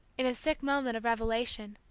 in a sick moment of revelation,